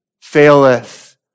faileth